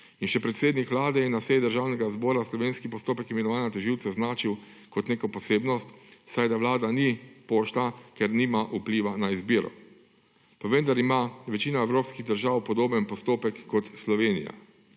In še predsednik Vlade je na seji Državnega zbora slovenski postopek imenovanja tožilcev označil kot neko posebnost, saj da vlada ni pošta, ker nima vpliva na izbiro. Pa vendar ima večina evropskih držav podoben postopek kot Slovenija.